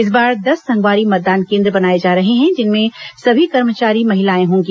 इस बार दस संगवारी मतदान केन्द्र बनाए जा रहे हैं जिनमें सभी कर्मचारी महिलाएं होंगी